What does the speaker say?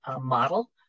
model